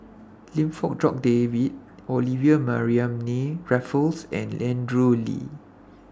Lim Fong Jock David Olivia Mariamne Raffles and Andrew Lee